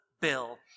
bill